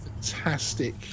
fantastic